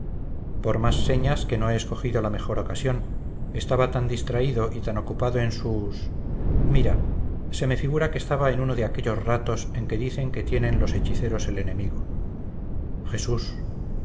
por más señas que no he escogido la mejor ocasión estaba tan distraído y tan ocupado en sus mira se me figura que estaba en uno de aquellos ratos en que dicen que tienen los hechiceros el enemigo jesús